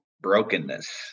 brokenness